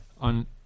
on